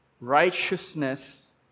Righteousness